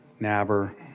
Naber